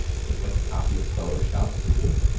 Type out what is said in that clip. just like a copy of photoshop tools.